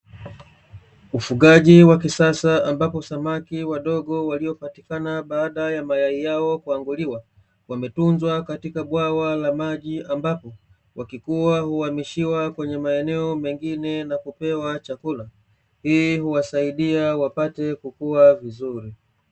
Ufugaji wa kisasa ambapo samaki wadogo waliopatikana baada ya mayai yao kuanguliwa wametunzwa katika bwawa la maji, ambapo wakikua huhamishiwa kwenye maeneo mengine na kupewa chakula hii huwasaidia wapate kukua vizuri.